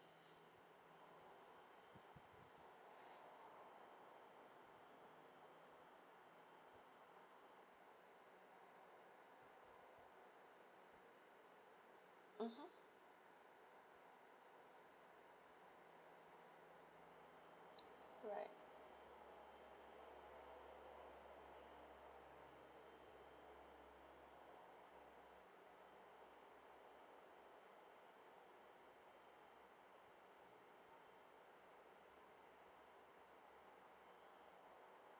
mmhmm right